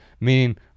meaning